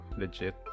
legit